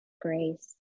grace